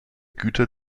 güter